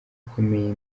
ukomeye